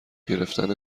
گرفتن